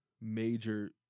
major